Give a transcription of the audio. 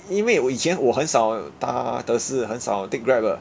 因为我以前我很少搭德士很少 take grab 的